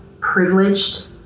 privileged